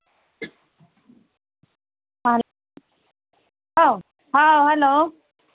how hello